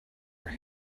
were